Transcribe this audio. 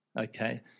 Okay